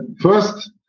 First